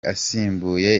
asimbuye